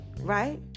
Right